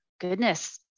goodness